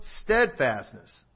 steadfastness